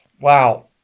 wow